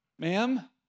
Ma'am